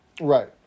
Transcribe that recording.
Right